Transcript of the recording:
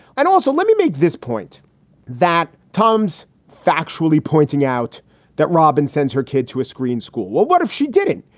and also, me make this point that tom's factually pointing out that robin sends her kid to a screen school. well, what if she didn't?